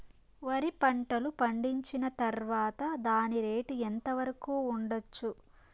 వరి పంటలు పండించిన తర్వాత దాని రేటు ఎంత వరకు ఉండచ్చు